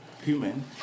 human